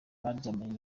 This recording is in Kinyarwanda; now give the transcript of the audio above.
baryamanye